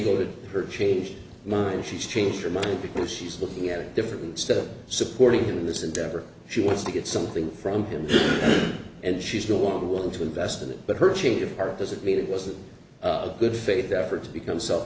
go to her changed mind she's changed her mind because she's looking at him differently still supporting him in this endeavor she wants to get something from him and she's no longer willing to invest in it but her change of heart doesn't mean it was a good faith effort to become self